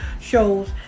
shows